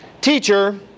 Teacher